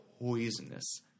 poisonous